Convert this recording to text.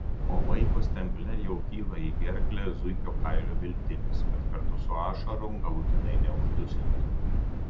o vaiko stemple jau kyla į gerklę zuikio kailio veltinis kad kartu su ašarom galutinai neuždusintų